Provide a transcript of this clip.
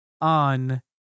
on